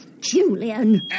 Julian